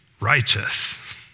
righteous